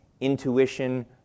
intuition